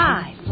Five